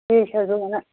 تی چھَس بہٕ وَنان